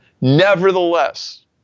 Nevertheless